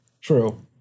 True